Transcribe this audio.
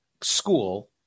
school